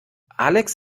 alex